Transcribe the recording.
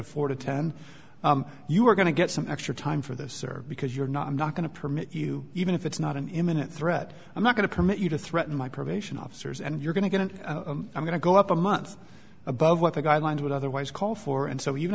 to ten you're going to get some extra time for this or because you're not i'm not going to permit you even if it's not an imminent threat i'm not going to permit you to threaten my probation officers and you're going to get and i'm going to go up a month above what the guidelines would otherwise call for and so